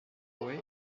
way